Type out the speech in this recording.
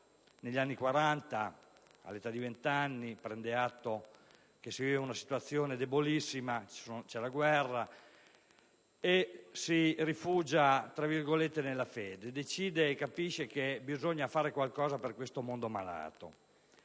negli anni Quaranta, all'età di vent'anni, prende atto che si viveva una situazione debolissima - c'era la guerra - e si rifugia nella fede: decide e capisce che bisogna fare qualcosa per questo mondo malato.